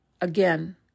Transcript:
again